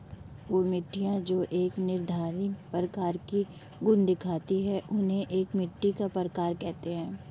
वह मिट्टियाँ जो एक निर्धारित प्रकार के गुण दिखाती है उन्हें एक मिट्टी का प्रकार कहते हैं